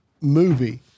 movie